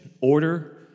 order